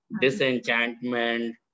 disenchantment